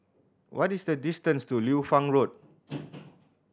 what is the distance to Liu Fang Road